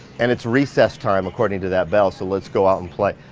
and it's recess time, according to that bell. so let's go out and play.